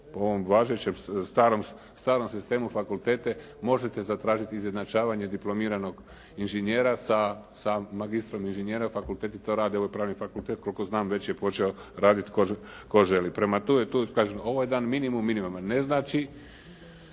po ovom važećem starom sistemu fakultete, možete zatražit izjednačavanje diplomiranog inženjera sa magistrom inženjera. Fakulteti to rade, Pravni fakultet kolko znam već je počeo radit tko želi. Prema tome, ovo je jedan minimum minimuma. Ne znači